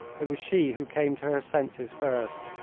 it was she who came to her senses first.